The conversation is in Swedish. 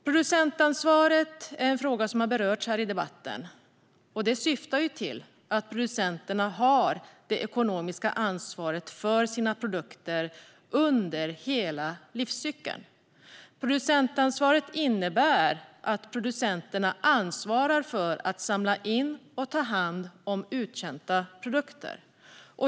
Producentansvaret är en fråga som har berörts i debatten. Syftet är att producenterna ska ha det ekonomiska ansvaret för sina produkter under hela livscykeln. Producentansvaret innebär att producenterna ansvarar för att samla in och ta hand om uttjänta produkter.